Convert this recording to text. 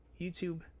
YouTube